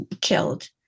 killed